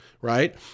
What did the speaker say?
right